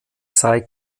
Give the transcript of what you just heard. sei